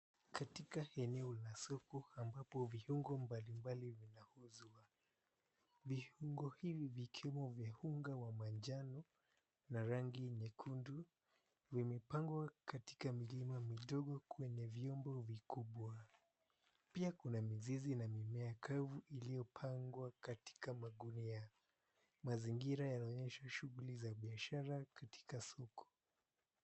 Katika eneo la soko ambapo viungo mbalimbali vinauzwa. Viungo hivi vikiwa vya unga wa manjano na rangi nyekundu vimepangwa katika milima midogo kwenye vyombo vikubwa. Pia kuna mizizi na mimea kavu iliyopangwa katika magunia. Mazingira yanaonyesha shughuli za biashara katika soko.